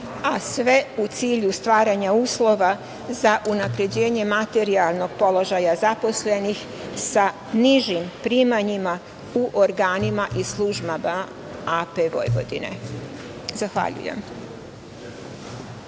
a sve u cilju stvaranja uslova za unapređenje materijalnog položaja zaposlenih sa nižim primanjima u organima i službama AP Vojvodine. Zahvaljujem.